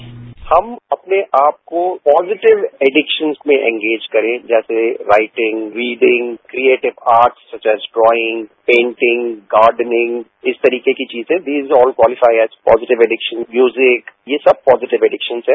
bite हम अपने आपको पॉजिटीव एडिक्शन में एगेज करें जैसे writing reading creative art such as drawing painting gardening इस तरीके की चीजें these are qualified positive addiction music ये सब पॉजिटीव एडिक्शन है